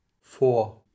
four